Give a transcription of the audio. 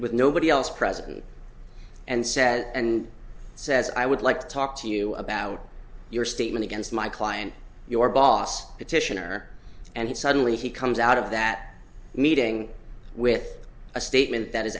with nobody else present and said and says i would like to talk to you about your statement against my client your boss petitioner and suddenly he comes out of that meeting with a statement that is